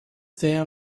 there